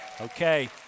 Okay